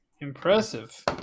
Impressive